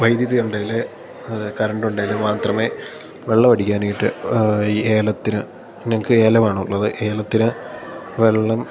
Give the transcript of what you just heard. വൈദ്യുതി ഉണ്ടെങ്കില് അത് കറൻ്റുണ്ടെങ്കില് മാത്രമേ വെള്ളമടിക്കാനായിട്ട് ഈ ഏലത്തിന് ഞങ്ങള്ക്ക് ഏലമാണുള്ളത് ഏലത്തിനു വെള്ളം